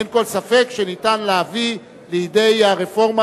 אין כל ספק שניתן להביא לידי הרפורמה